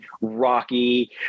rocky